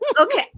Okay